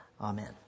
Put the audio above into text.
Amen